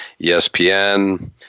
ESPN